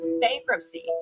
bankruptcy